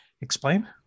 explain